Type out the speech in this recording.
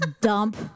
dump